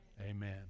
Amen